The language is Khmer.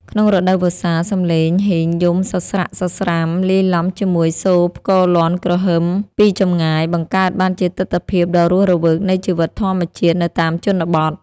ក្នុងរដូវវស្សា សំឡេងហ៊ីងយំសស្រាក់សស្រាំលាយឡំជាមួយសូរផ្គរលាន់គ្រហឹមពីចម្ងាយ បង្កើតបានជាទិដ្ឋភាពដ៏រស់រវើកនៃជីវិតធម្មជាតិនៅតាមជនបទ។